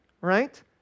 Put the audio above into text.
right